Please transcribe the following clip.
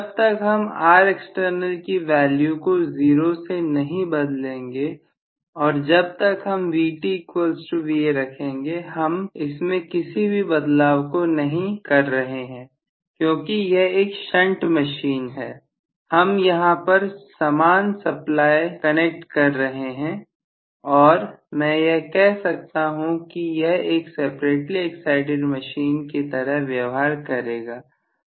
जब तक हम की वैल्यू को जीरो से नहीं बदलेंगे और जब तक हम VtVa रखेंगे हम इसमें किसी भी बदलाव को नहीं कर रहे हैं क्योंकि यह एक शंट मशीन है हम यहां पर सामान सप्लाई कनेक्ट कर रहे हैं और मैं यह कह सकता हूं यह एक सेपरेटली साइटेड मशीन की तरह व्यवहार करेगी